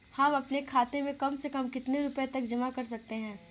हम अपने खाते में कम से कम कितने रुपये तक जमा कर सकते हैं?